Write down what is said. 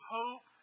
hope